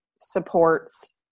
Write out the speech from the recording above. supports